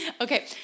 Okay